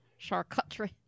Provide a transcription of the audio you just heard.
Charcuterie